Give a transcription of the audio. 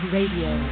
Radio